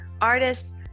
artists